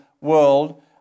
world